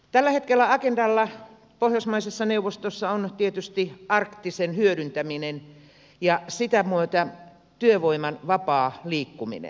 tällä hetkellä agendalla pohjoismaiden neuvostossa on tietysti arktisen hyödyntäminen ja sitä myötä työvoiman vapaa liikkuminen